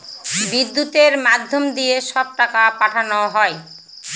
বিদ্যুতের মাধ্যম দিয়ে সব টাকা পাঠানো হয়